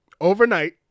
overnight